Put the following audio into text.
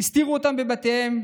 הסתירו אותם בבתיהם,